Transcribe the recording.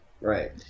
Right